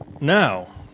Now